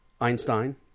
Einstein